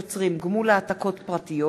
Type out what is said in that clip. שלילת תקצוב וקביעת אזורי רישום),